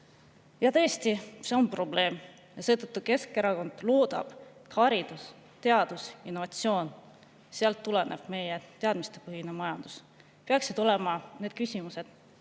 Ja tõesti, see on probleem. Seetõttu Keskerakond loodab, et haridus, teadus, innovatsioon – sealt tuleneb meie teadmistepõhine majandus – peaksid olema need küsimused,